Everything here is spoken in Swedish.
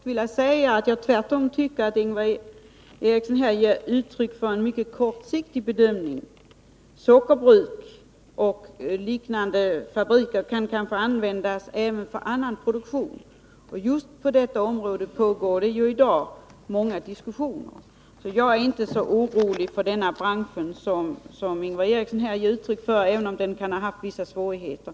Herr talman! Jag skulle vilja säga att Ingvar Eriksson här tvärtom ger uttryck för en mycket kortsiktig bedömning. Sockerbruk och liknande fabriker kan kanske användas även för annan produktion. Just detta diskuteras ju mycket i dag. Jag är inte lika orolig som Ingvar Eriksson för den här branschen, även om den kan ha haft vissa svårigheter.